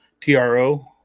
TRO